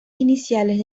iniciales